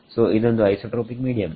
ಸೋಇದೊಂದು isotropic medium